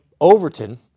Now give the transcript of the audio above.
overton